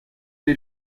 les